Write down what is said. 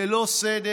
ללא סדר?